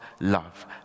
love